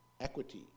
equity